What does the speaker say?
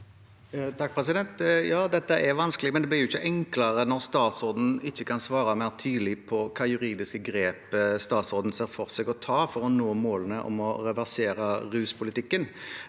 (H) Ja, dette er vanskelig, men det blir jo ikke enklere når statsråden ikke kan svare mer tydelig på hvilke juridiske grep hun ser for seg å ta for å nå målene om å reversere ruspolitikken.